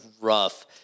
rough